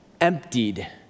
emptied